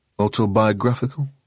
Autobiographical